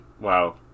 Wow